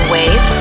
Wave